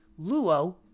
Luo